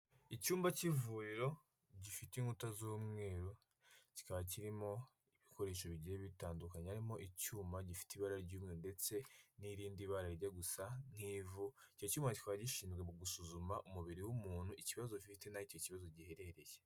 Icyumba cy'ivuriro gifite inkuta z'umweru, kikakirimo ibikoresho bigiye bitandukanye, harimo icyuma gifite ibara ry'umeru ndetse n'irindi bara rirya gusa nk'ivu, icyo cyuma kikaba gishinzwe mu gusuzuma umubiri w'umuntu, ikibazo afite naho icyo kibazo giherereye.